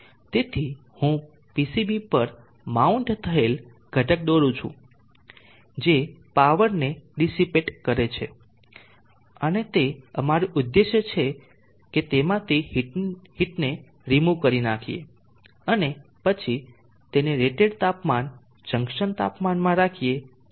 તેથી હું PCB પર માઉન્ટ થયેલ ઘટક દોરું છું જે પાવરને ડીસીપેટ કરે છે અને તે અમારું ઉદ્દેશ છે કે તેમાંથી હીટ ને રીમૂવ કરી નાખીએ અને પછી તેને રેટેડ તાપમાન જંકશન તાપમાનમાં રાખીએ જેથી યોગ્ય રીતે કાર્ય કરે